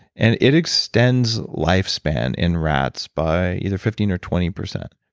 and it extends lifespan in rats by either fifteen or twenty percent.